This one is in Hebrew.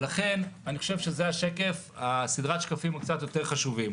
ולכן אני חושב שאלו סדרת השקפים הקצת יותר חשובים